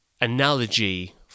analogy